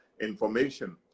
information